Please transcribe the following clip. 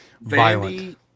violent